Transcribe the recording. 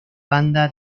banda